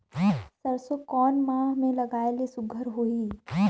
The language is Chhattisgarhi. सरसो कोन माह मे लगाय ले सुघ्घर होही?